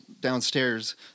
downstairs